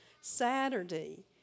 Saturday